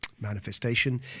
manifestation